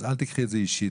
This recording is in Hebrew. אז אל תיקחי את זה אישית.